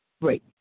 right